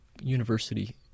university